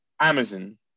Amazon